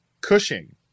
Cushing